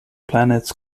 planets